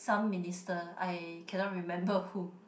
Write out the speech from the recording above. some minister I cannot remember who